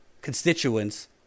constituents